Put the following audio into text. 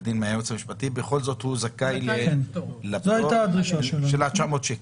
דין מהייעוץ המשפטי בכל זאת הוא זכאי לפטור של ה-900 שקל?